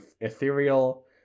ethereal